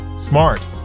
Smart